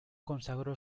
consagró